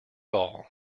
all